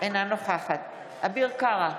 אינה נוכחת אביר קארה,